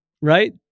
Right